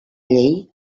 llei